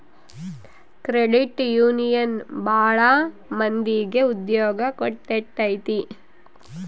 credit union ಭಾಳ ಮಂದಿಗೆ ಉದ್ಯೋಗ ಕೊಟ್ಟೈತಿ